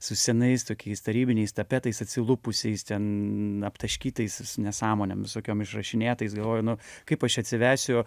su senais tokiais tarybiniais tapetais atsilupusiais ten aptaškytais nesąmonėm visokiom išrašinėtais galvoju nu kaip aš čia atsivesiu